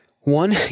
one